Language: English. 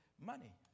Money